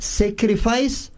sacrifice